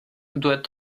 doit